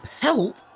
Help